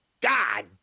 God